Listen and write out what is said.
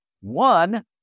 One